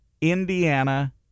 Indiana